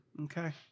Okay